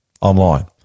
online